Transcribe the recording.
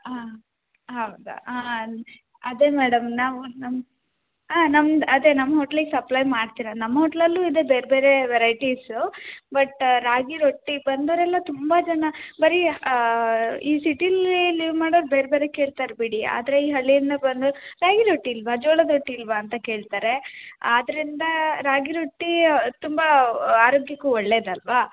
ಹಾಂ ಹೌದಾ ಆಂ ಅದೇ ಮೇಡಮ್ ನಾವು ನಮ್ಮ ಹಾಂ ನಮ್ದು ಅದೇ ನಮ್ಮ ಹೋಟ್ಲಿಗೆ ಸಪ್ಲೈ ಮಾಡ್ತಿರದು ನಮ್ಮ ಹೋಟ್ಲಲ್ಲೂ ಇದೆ ಬೇರೆ ಬೇರೆ ವೆರೈಟೀಸು ಬಟ್ ರಾಗಿರೊಟ್ಟಿ ಬಂದೋರೆಲ್ಲ ತುಂಬ ಜನ ಬರೀ ಈ ಸಿಟಿಯಲ್ಲಿ ಲೀವ್ ಮಾಡೋರು ಬೇರೆ ಬೇರೆ ಕೇಳ್ತಾರೆ ಬಿಡಿ ಆದರೆ ಈ ಹಳ್ಳಿಯಿಂದ ಬಂದು ರಾಗಿರೊಟ್ಟಿ ಇಲ್ಲವಾ ಜೋಳದ ರೊಟ್ಟಿ ಇಲ್ಲವಾ ಅಂತ ಕೇಳ್ತಾರೆ ಆದ್ದರಿಂದ ರಾಗಿರೊಟ್ಟಿ ತುಂಬ ಆರೋಗ್ಯಕ್ಕೂ ಒಳ್ಳೇದು ಅಲ್ಲವಾ